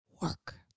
work